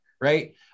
Right